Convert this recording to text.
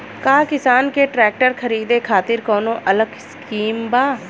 का किसान के ट्रैक्टर खरीदे खातिर कौनो अलग स्किम बा?